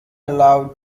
allowed